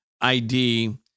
ID